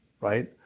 right